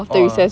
oh